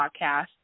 podcast